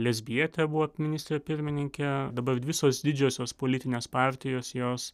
lezbijetė buvo ministrė pirmininkė dabar visos didžiosios politinės partijos jos